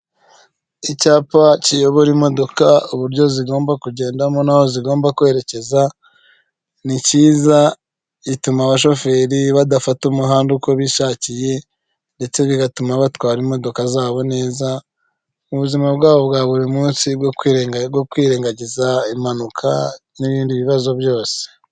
Icyapa kiyobora imodoka uburyo zigomba kugendamo n'aho zigomba kwerekeza: ni cyiza gituma abashoferi badafata umuhanda uko bishakiye, ndetse bigatuma batwara imodoka zabo neza, ubuzima bwabo bwa buri munsi bwo bwo kwirengagiza impanuka n'ibindi bibazo byose.